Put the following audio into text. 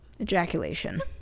ejaculation